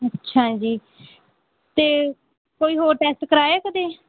ਅੱਛਾ ਜੀ ਅਤੇ ਕੋਈ ਹੋਰ ਟੈਸਟ ਕਰਵਾਇਆ ਕਦੇ